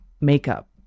makeup